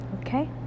Okay